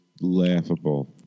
laughable